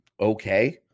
okay